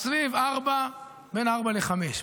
סביב 4%, בין 4% ל-5%.